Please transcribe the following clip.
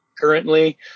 currently